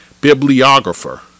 bibliographer